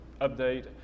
update